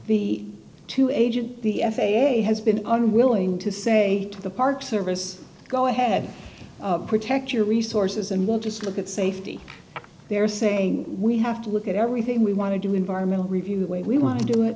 the two agent the f a a has been unwilling to say to the park service go ahead protect your resources and not just look at safety they're saying we have to look at everything we want to do environmental review the way we want to do it